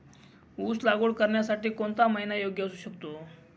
ऊस लागवड करण्यासाठी कोणता महिना योग्य असू शकतो?